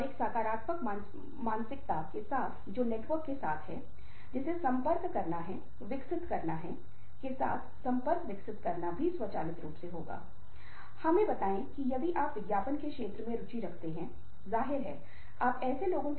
और भावनात्मक बुद्धिमत्ता को सलोवी और मेयर ने विकसित किया और यह गोलेमैन द्वारा एक सक्षमता मॉडल के रूप में लोकप्रिय किया गया